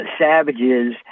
savages